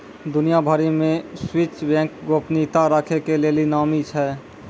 दुनिया भरि मे स्वीश बैंक गोपनीयता राखै के लेली नामी छै